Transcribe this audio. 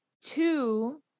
Two